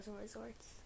Resorts